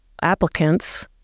applicants